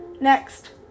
next